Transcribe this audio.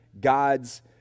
God's